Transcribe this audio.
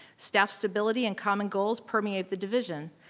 staff stability and common goals permeate the division.